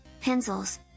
pencils